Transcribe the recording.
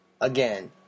Again